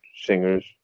singers